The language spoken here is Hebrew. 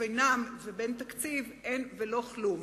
ובינם ובין תקציב אין ולא כלום.